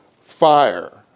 fire